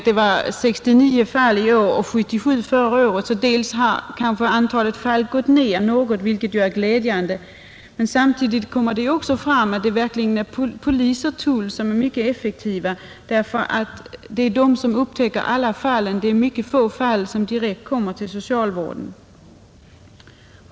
Det totala antalet fall har kanske gått ned något, vilket är glädjande, men samtidigt kommer det fram att polisen och tullen verkligen är mycket effektiva. De upptäcker många fall. Det är ytterst få fall som kommer direkt till socialvården.